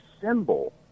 symbol